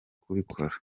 kubikora